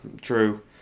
true